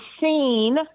seen